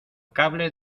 cable